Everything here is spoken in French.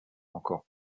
encore